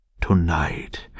To-night